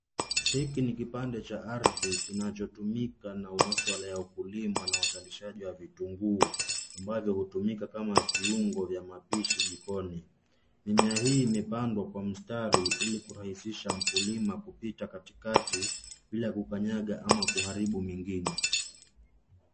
Hiki ni kipande cha ardhi kinachotumika na masuala ya ukulima na wazalishaji wa vitunguu ambazo hutumika kama viungo vya mapishi jikoni. Mimea hii imepandwa kwa mstari ili kurahisisha mkulima kupita katikati, bila kukanyaga ama kuharibu mengine.